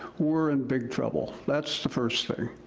we're in big trouble. that's the first thing.